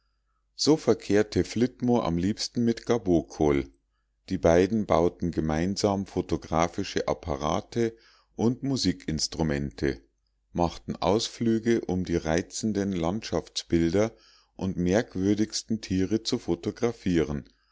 so verkehrte lord flitmore am liebsten mit gabokol die beiden bauten gemeinsam photographische apparate und musikinstrumente machten ausflüge um die reizenden landschaftsbilder und merkwürdigsten tiere zu